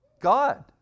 God